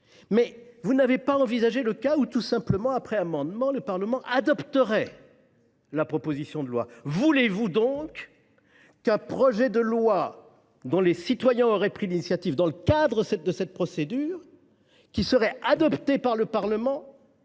vous n’avez pas envisagé le cas tout simple où, après l’avoir amendée, le Parlement adopterait la proposition de loi. Voulez vous donc qu’un texte dont les citoyens auraient pris l’initiative dans le cadre de cette procédure, une fois adopté par le Parlement,